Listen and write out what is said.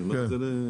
אני אומר את זה לשבחך.